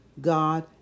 God